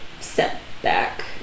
setback